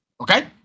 okay